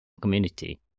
community